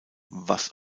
was